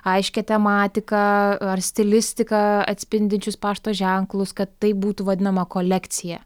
aiškią tematiką ar stilistiką atspindinčius pašto ženklus taip būtų vadinama kolekcija